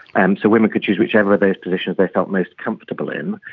um so women could choose whichever of those positions they felt most comfortable in,